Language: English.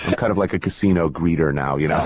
kind of like a casino greeter now, you know